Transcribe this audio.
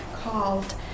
called